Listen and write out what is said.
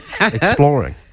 Exploring